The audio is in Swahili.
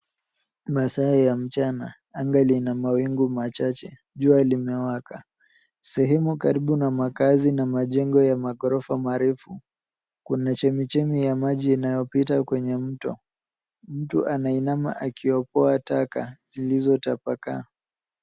Masaa ya mchana anga lina mawingu machache, jua limewaka sehemu karibu na makazi na majengo ya maghorofa marefu kuna chemichemi ya maji inayopita kwenye mto, mtu anainama akiokoa taka zilizotapakaa.